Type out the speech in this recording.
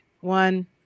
one